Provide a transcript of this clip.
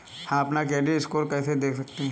हम अपना credit score कैसे देख सकते हैं?